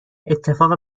اتفاق